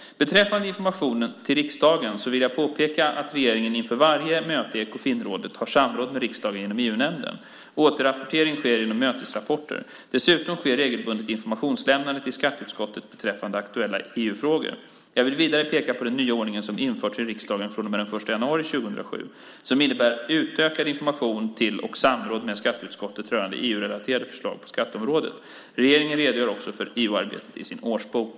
Beträffande information till riksdagen så vill jag peka på att regeringen inför varje möte i Ekofinrådet har samråd med riksdagen genom EU-nämnden. Återrapportering sker genom mötesrapporter. Dessutom sker regelbundet informationslämnande till skatteutskottet beträffande aktuella EU-frågor. Jag vill vidare peka på den nya ordning som införts i riksdagen från och med den 1 januari 2007 och som innebär utökad information till och samråd med skatteutskottet rörande EU-relaterade förslag på skatteområdet. Regeringen redogör också för EU-arbetet i sin årsbok.